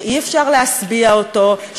שאי-אפשר להשביע אותו,